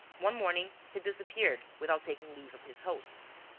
one morning, he disappeared without taking leave of his hosts.